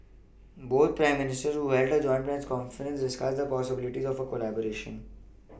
both prime Ministers who held a joint press conference discussed the possibilities of a collaboration